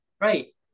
right